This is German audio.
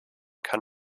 kann